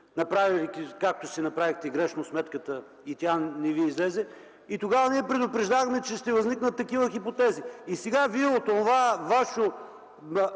както си направихте грешно сметката и тя не ви излезе. Тогава ви предупреждавахме, че ще възникнат такива хипотези. Сега вие, от онова ваше